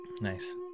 Nice